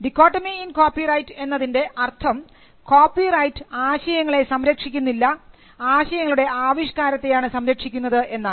dichotomy in copyright എന്നതിൻറെ അർത്ഥം copyright ആശയങ്ങളെ സംരക്ഷിക്കുന്നില്ല ആശയങ്ങളുടെ ആവിഷ്കാരത്തെയാണ് സംരക്ഷിക്കുന്നത് എന്നാണ്